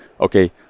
okay